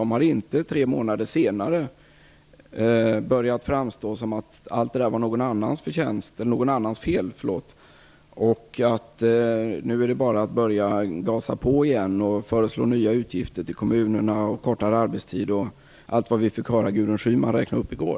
Man har inte tre månader senare börjat framställa det som att det var någon annans fel, att det nu bara är att gasa på igen och föreslå nya utgifter för kommunerna, kortare arbetstider och allt som vi fick höra Gudrun Schyman räkna upp i går.